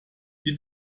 die